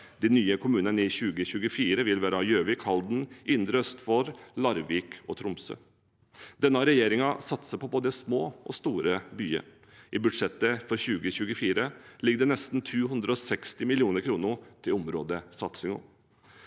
De nye kommunene i 2024 vil være Gjøvik, Halden, Indre Østfold, Larvik og Tromsø. Denne regjeringen satser på både små og store byer. I budsjettet for 2024 ligger det nesten 260 mill. kr til områdesatsingen.